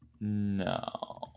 No